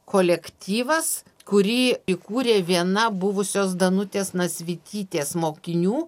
kolektyvas kurį įkūrė viena buvusios danutės nasvytytės mokinių